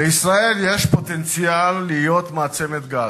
לישראל יש פוטנציאל להיות מעצמת גז.